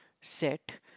set